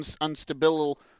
unstable